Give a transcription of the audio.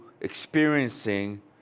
experiencing